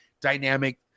dynamic